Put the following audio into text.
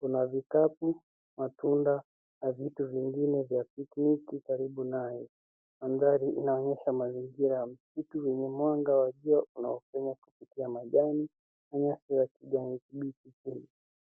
Kuna vikapu, matunda na vitu vingine vya picnic karibu naye. Mandhari inaonyesha mazingira. Vitu vyenyemwanga wa jua unayopenya kupitia majani haya ya kijani kibichi.